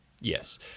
yes